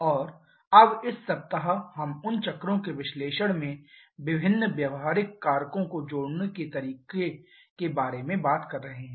और अब इस सप्ताह हम उन चक्रों के विश्लेषण में विभिन्न व्यावहारिक कारकों को जोड़ने के तरीके के बारे में बात कर रहे हैं